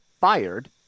fired